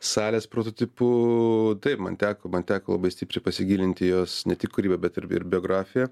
salės prototipu taip man teko man teko labai stipriai pasigilinti į jos ne tik kūrybą bet ir ir biografiją